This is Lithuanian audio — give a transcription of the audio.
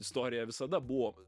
istorija visada buvo